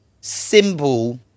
symbol